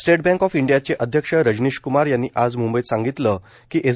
state Bank of इंडियाचे अध्यक्ष रजनीश कुमार यांनी आज मुंबईत सांगितलं की एस